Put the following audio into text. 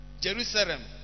Jerusalem